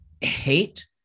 hate